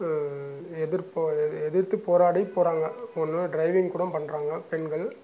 எதிர் போராடி எதிர்த்து போராடி போகிறாங்க ஒன்று டிரைவிங் கூட பண்ணுறாங்க பெண்கள்